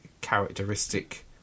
characteristic